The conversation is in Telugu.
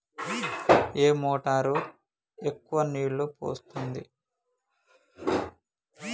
ఏ మోటార్ ఎక్కువ నీళ్లు పోస్తుంది?